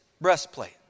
breastplate